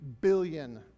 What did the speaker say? billion